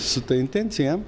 su ta intencija